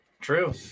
True